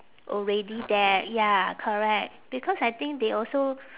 already there ya correct because I think they also